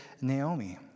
Naomi